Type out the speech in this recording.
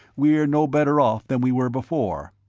we're no better off than we were before.